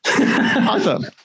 Awesome